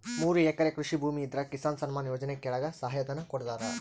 ಮೂರು ಎಕರೆ ಕೃಷಿ ಭೂಮಿ ಇದ್ರ ಕಿಸಾನ್ ಸನ್ಮಾನ್ ಯೋಜನೆ ಕೆಳಗ ಸಹಾಯ ಧನ ಕೊಡ್ತಾರ